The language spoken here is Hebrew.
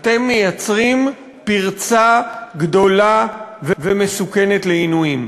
אתם מייצרים פרצה גדולה ומסוכנת לעינויים.